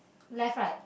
left right